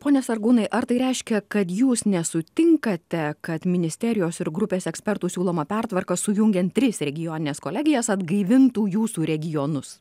pone sargūnai ar tai reiškia kad jūs nesutinkate kad ministerijos ir grupės ekspertų siūloma pertvarka sujungiant tris regionines kolegijas atgaivintų jūsų regionus